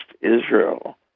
Israel